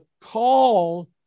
call